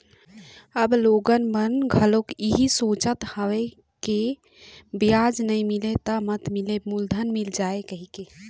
अब लोगन मन घलोक इहीं सोचत हवय के बियाज नइ मिलय त मत मिलय मूलेधन मिल जाय कहिके